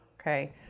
okay